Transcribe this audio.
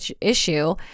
issue